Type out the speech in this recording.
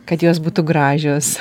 kad jos būtų gražios